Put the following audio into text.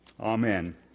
Amen